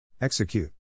Execute